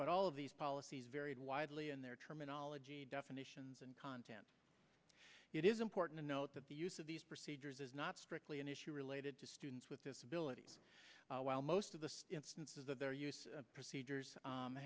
but all of these policies varied widely in their terminology definitions and content it is important to note that the use of these procedures is not strictly an issue related to students with disabilities while most of the instances of their use procedures